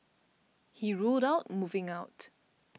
he ruled out moving out